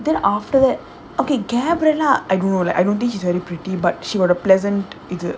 then after that okay gabriella I don't know like I don't think she's very pretty but she got the pleasant